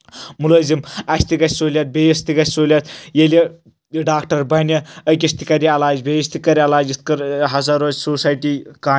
مُلٲزِم اَسہِ تہِ گژھِ سہوٗلیت بیٚیِس تہِ گژھِ سہوٗلیت ییٚلہِ یہِ ڈاکٹر بَنہِ أکِس تہِ کَرِ علاج بیٚیس تہِ کَرِ علاج یِتھ کٔر ہسا روزِ سوسایٹی کامیاب